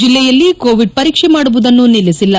ಜಿಲ್ಲೆಯಲ್ಲಿ ಕೋವಿಡ್ ಪರೀಕ್ಷೆ ಮಾಡುವುದನ್ನು ನಿಲ್ಲಿಸಿಲ್ಲ